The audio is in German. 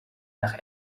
nach